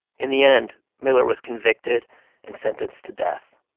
in the end, miller was convicted and sentenced to death.